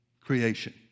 creation